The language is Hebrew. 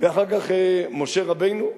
ואחר כך משה רבנו,